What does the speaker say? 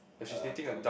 uh come again